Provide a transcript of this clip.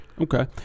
Okay